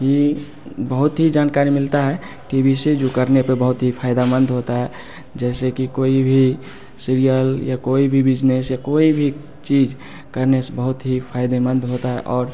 ये बहुत ही जानकारी मिलता है टी वी से जो करने पर बहुत ही फ़ायदामंद होता है जैसे कि कोई भी सीरियल या कोई भी बिज़नेस या कोई भी चीज़ करने से बहुत ही फ़ायदेमंद होता है और